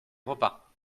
repas